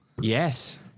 Yes